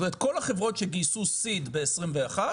כלומר, כל החברות שגייסו Seed ב-2021,